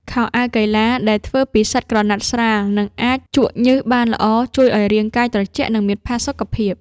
ខោអាវកីឡាដែលធ្វើពីសាច់ក្រណាត់ស្រាល និងអាចជក់ញើសបានល្អ ជួយឱ្យរាងកាយត្រជាក់ និងមានផាសុកភាព។